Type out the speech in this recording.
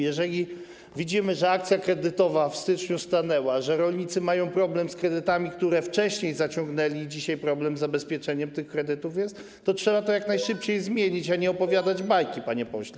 Jeżeli widzimy, że akcja kredytowa w styczniu stanęła, że rolnicy mają problem z kredytami, które wcześniej zaciągnęli, i dzisiaj jest problem z zabezpieczeniem tych kredytów, to trzeba to jak najszybciej zmienić, a nie opowiadać bajki, panie pośle.